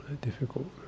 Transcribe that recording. difficult